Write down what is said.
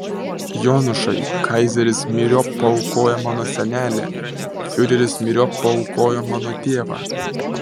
jonušai kaizeris myriop paaukojo mano senelį fiureris myriop paaukojo mano tėvą